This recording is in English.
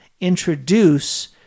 introduce